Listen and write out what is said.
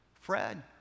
Fred